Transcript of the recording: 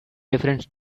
difference